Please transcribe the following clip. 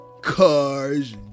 cars